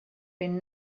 been